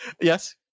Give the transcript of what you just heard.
Yes